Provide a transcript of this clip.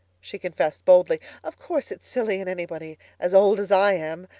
she confessed, boldly. of course it's silly in anybody as old as i am.